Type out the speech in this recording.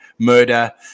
murder